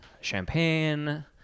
champagne